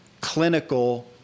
clinical